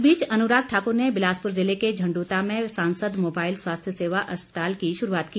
इस बीच अनुराग ठाकुर ने बिलासपुर जिले के झंडुता में सांसद मोबाईल स्वास्थ्य सेवा अस्पताल की शुरूआत की